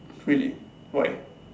really why